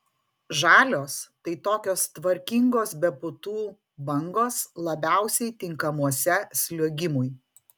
žalios tai tokios tvarkingos be putų bangos labiausiai tinkamuose sliuogimui